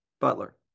Butler